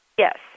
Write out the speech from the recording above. Yes